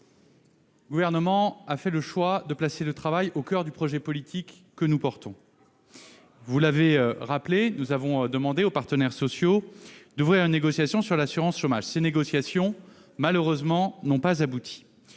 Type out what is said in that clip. le Gouvernement a fait le choix de placer le travail au coeur du projet politique que nous défendons. Lequel ? Vous l'avez rappelé, nous avons demandé aux partenaires sociaux d'ouvrir des négociations sur l'assurance chômage, qui n'ont malheureusement pas abouti.